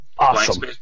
Awesome